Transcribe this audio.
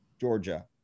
Georgia